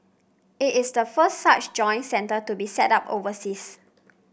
it is the first such joint centre to be set up overseas